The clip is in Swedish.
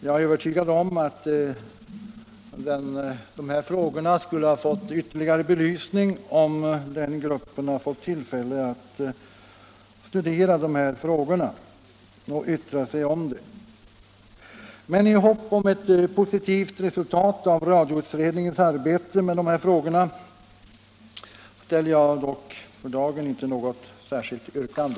Jag är övertygad om att dessa frågor skulle ha fått ytterligare belysning om den gruppen hade fått tillfälle att studera dem och yttra sig om dem. Men i hopp om ett positivt resultat av radioutredningens arbete med frågorna ställer jag för dagen inte något särskilt yrkande.